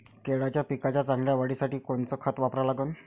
केळाच्या पिकाच्या चांगल्या वाढीसाठी कोनचं खत वापरा लागन?